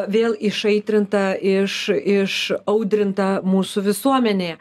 vėl išaitrinta iš iš audrinta mūsų visuomenėje